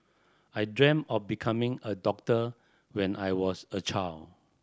I dreamt of becoming a doctor when I was a child